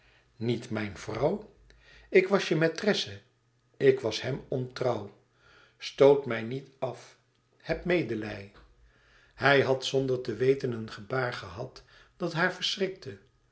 niet mijn vrouw ik was je maîtresse ik was hem ontrouw stoot mij niet af heb medelij hij had zonder te weten een gebaar gehad dat haar verschrikte